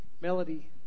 Melody